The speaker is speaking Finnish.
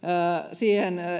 siihen